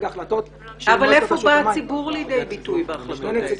אבל איפה בא הציבור לידי ביטוי בהחלטות האלה?